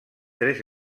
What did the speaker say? tres